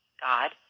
God